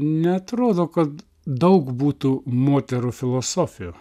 neatrodo kad daug būtų moterų filosofių